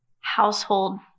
household